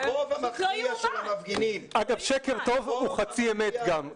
אגב, שקר טוב הוא חצי אמת גם.